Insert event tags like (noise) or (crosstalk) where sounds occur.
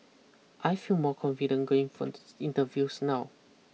I feel more confident going for (hesitation) interviews now